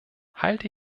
halte